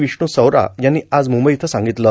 विष्णू सवरा यांनी आज मुंबई इथं सांगितलं